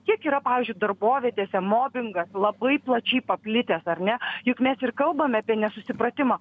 kiek yra pavyzdžiui darbovietėse mobingas labai plačiai paplitęs ar ne juk mes ir kalbame apie nesusipratimą